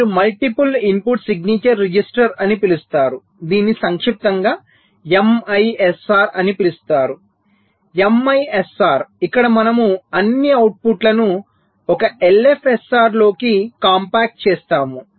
మీరు multiple input signature register అని పిలుస్తారు దీనిని సంక్షిప్తంగా MISR అని పిలుస్తారు MISR ఇక్కడ మనము అన్ని అవుట్పుట్లను ఒక LFSR లోకి కాంపాక్ట్ చేసాము